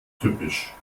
typisch